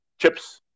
chips